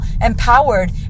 empowered